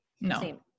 No